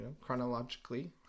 Chronologically